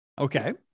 Okay